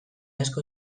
asko